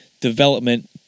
development